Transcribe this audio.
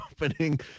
opening